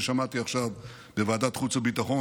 ששמעתי עכשיו בוועדת חוץ וביטחון,